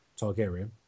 Targaryen